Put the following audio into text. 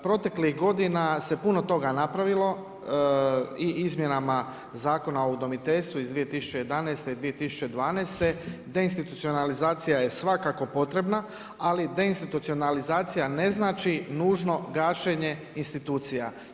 Proteklih godina se puno toga napravilo i izmjenama Zakona o udomiteljstvu iz 2011. i 2012., deinstitucionalizacija je svakako potrebna, ali deinstitucionalizacija ne znači nužno gašenje institucija.